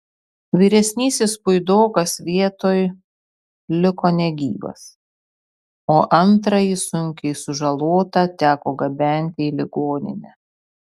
vyresnysis puidokas vietoj liko negyvas o antrąjį sunkiai sužalotą teko gabenti į ligoninę